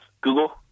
Google